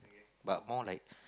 but more like